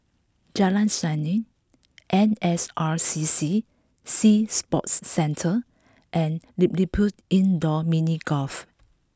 Jalan Seni N S R C C Sea Sports Centre and LilliPutt Indoor Mini Golf